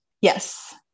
Yes